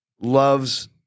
loves